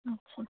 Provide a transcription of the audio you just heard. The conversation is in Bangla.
আচ্ছা